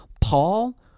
Paul